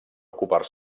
ocupar